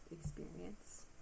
experience